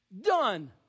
done